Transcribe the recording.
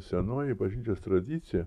senoji bažnyčios tradicija